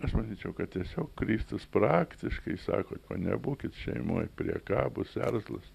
aš manyčiau kad tiesiog kristus praktiškai sako nebūkit šeimoj priekabūs erzlūs